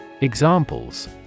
Examples